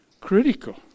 critical